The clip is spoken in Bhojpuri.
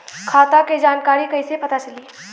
खाता के जानकारी कइसे पता चली?